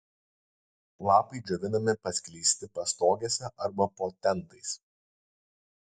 lapai džiovinami paskleisti pastogėse arba po tentais